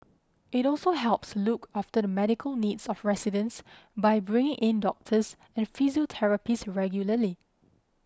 it also helps look after the medical needs of residents by bringing in doctors and physiotherapists regularly